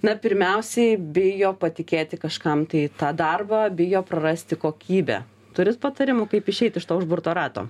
na pirmiausiai bijo patikėti kažkam tai tą darbą bijo prarasti kokybę turit patarimų kaip išeit iš to užburto rato